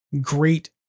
great